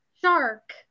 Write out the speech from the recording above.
shark